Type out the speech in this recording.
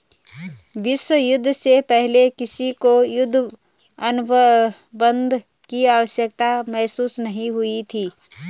विश्व युद्ध से पहले किसी को युद्ध अनुबंध की आवश्यकता महसूस नहीं हुई थी